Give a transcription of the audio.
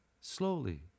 slowly